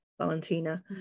Valentina